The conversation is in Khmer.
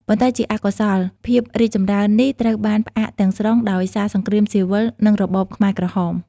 ប៉ុន្តែជាអកុសល ភាពរីកចម្រើននេះត្រូវបានផ្អាកទាំងស្រុងដោយសារសង្គ្រាមស៊ីវិល និងរបបខ្មែរក្រហម។